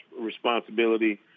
responsibility